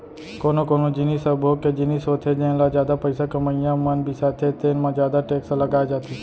कोनो कोनो जिनिस ह उपभोग के जिनिस होथे जेन ल जादा पइसा कमइया मन बिसाथे तेन म जादा टेक्स लगाए जाथे